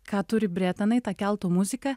ką turi bretonai tą keltų muzika